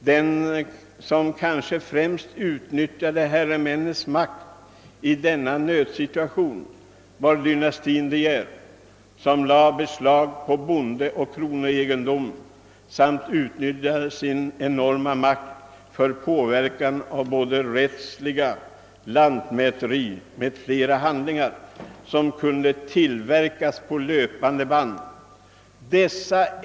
Den som kanske främst utnyttjade herremännens makt i den nödsituationen var dynastin De Geer, som lade beslag på bondeoch kronoegendom samt utvidgade sin enorma makt för påverkan av rättsliga, lantmäteritekniska och andra handlingar, som kunde tillverkas på löpande band.